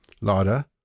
Lada